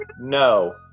no